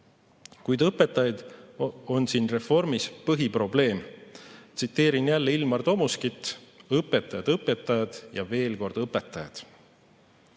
Kuid õpetajad on siin reformis põhiprobleem. Tsiteerin jälle Ilmar Tomuskit: "Õpetajad, õpetajad ja veel kord õpetajad."Sama